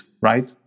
right